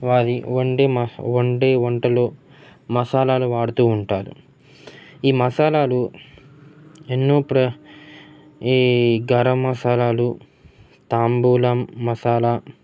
వారి వండే మ వండే వంటలు మసాలాలు వాడుతూ ఉంటారు ఈ మసాలాలు ఎన్నో ప్ర ఈ గరం మసాలాలు తాంబూలం మసాలా